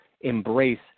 embrace